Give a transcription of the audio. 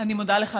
אני מודה לך,